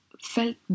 felt